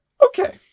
okay